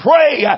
pray